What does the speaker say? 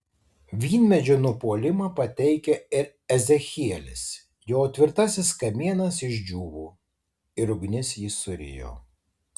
vynmedžio nupuolimą pateikia ir ezechielis jo tvirtasis kamienas išdžiūvo ir ugnis jį surijo